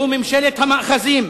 זו ממשלת המאחזים,